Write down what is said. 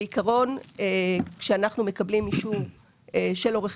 בעיקרון כשאנחנו מקבלים אישור של עורך